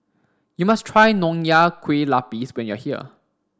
you must try Nonya Kueh Lapis when you are here